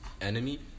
enemy